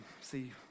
see